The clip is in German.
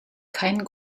keinen